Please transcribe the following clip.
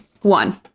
one